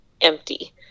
empty